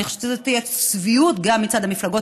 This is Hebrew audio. אני חושבת שזו תהיה צביעות גם מצד המפלגות